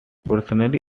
personally